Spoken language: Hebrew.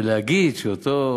ולהגיד שאותו